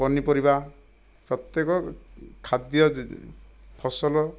ପନିପରିବା ପ୍ରତ୍ୟେକ ଖାଦ୍ୟ ଫସଲ